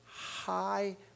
high